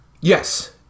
Yes